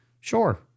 Sure